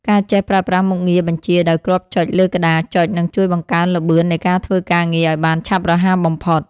ការចេះប្រើប្រាស់មុខងារបញ្ជាដោយគ្រាប់ចុចលើក្តារចុចនឹងជួយបង្កើនល្បឿននៃការធ្វើការងារឱ្យបានឆាប់រហ័សបំផុត។